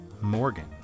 Morgan